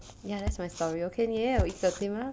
ya that's my story okay 你也要有一个对吗